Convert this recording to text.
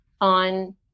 on